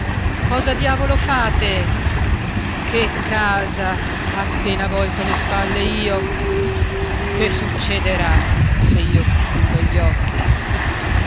cosa diavolo fate che casa appena volto le spalle io che succederà se io chiudo gli occhi